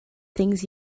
things